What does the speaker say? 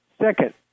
Second